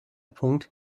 punkt